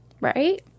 right